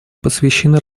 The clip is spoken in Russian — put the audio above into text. посвящены